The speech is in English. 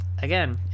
Again